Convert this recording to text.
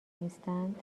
نیستند